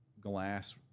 glass